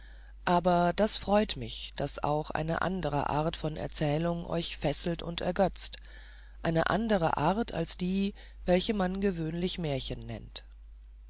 aber das freut mich daß auch eine andere art von erzählung euch fesselt und ergötzt eine andere art als die welche man gewöhnlich märchen nennt